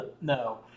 No